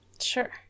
sure